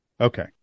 Okay